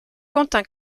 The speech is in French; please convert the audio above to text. quentin